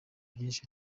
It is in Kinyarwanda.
byinshi